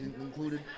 included